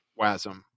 WASM